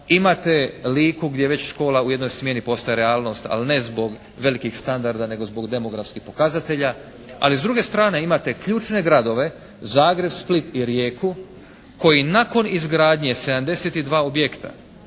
imate Liku gdje već škola u jednoj smjeni postaje realnost ali ne zbog velikih standarda nego zbog demografskih pokazatelja. Ali s druge strane imate ključne gradove Zagreb, Split i Rijeku koji nakon izgradnje 72 objekta